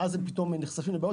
ואז הם פתאום נחשפים לבעיות.